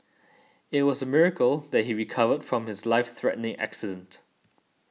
it was a miracle that he recovered from his life threatening accident